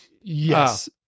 yes